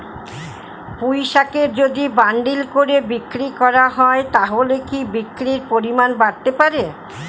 পুঁইশাকের যদি বান্ডিল করে বিক্রি করা হয় তাহলে কি বিক্রির পরিমাণ বাড়তে পারে?